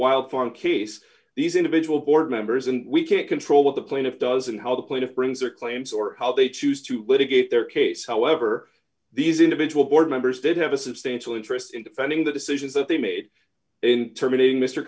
wild farm case these individual board members and we can't control what the plaintiff does and how the plaintiff brings their claims or d how they choose to litigate their case however these individual board members did have a substantial interest in defending the decisions that they made in terminating mr